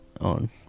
on